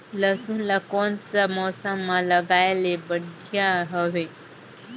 लसुन ला कोन सा मौसम मां लगाय ले बढ़िया हवे?